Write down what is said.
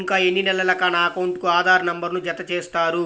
ఇంకా ఎన్ని నెలలక నా అకౌంట్కు ఆధార్ నంబర్ను జత చేస్తారు?